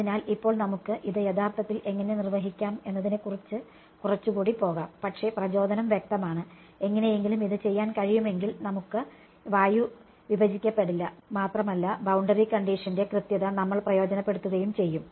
അതിനാൽ ഇപ്പോൾ നമുക്ക് ഇത് യഥാർത്ഥത്തിൽ എങ്ങനെ നിർവഹിക്കാം എന്നതിനെക്കുറിച്ച് കുറച്ചുകൂടി പോകാം പക്ഷേ പ്രചോദനം വ്യക്തമാണ് എങ്ങനെയെങ്കിലും ഇത് ചെയ്യാൻ കഴിയുമെങ്കിൽ നമുക്ക് വായു വിഭചിക്കപ്പെടില്ല മാത്രമല്ല ബൌണ്ടറി കണ്ടിഷൻറെ കൃത്യത നമ്മൾ പ്രയോജനപ്പെടുത്തുകയും ചെയ്യും